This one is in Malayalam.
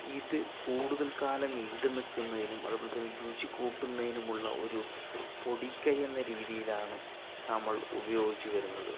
ഇത് കൂടുതൽക്കാലം ഈട് നിൽക്കുന്നതിനും അതുപോലെ രുചി കൂട്ടുന്നതിനുമുള്ള ഒരു പൊടിക്കയ്യെന്ന രീതിയിലാണ് നമ്മൾ ഉപയോഗിച്ച് വരുന്നത്